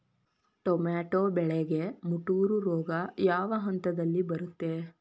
Tomato ಬೆಳೆಗೆ ಮುಟೂರು ರೋಗ ಯಾವ ಹಂತದಲ್ಲಿ ಬರುತ್ತೆ?